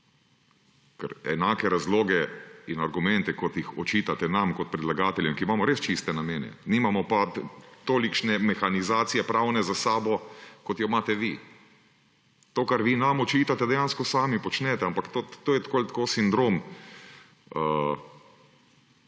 Ker enake razloge in argumente, kot jih očitate nam kot predlagateljem, ki imamo res čiste namene, nimamo pa tolikšne mehanizacije pravne za sabo, kot jo imate vi. To, kar vi nam očitate, dejansko sami počnete, ampak to je tako ali